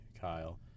Kyle